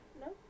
No